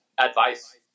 advice